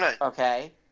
okay